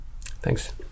Thanks